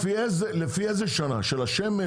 לא, לפי איזה שנה, של שמש?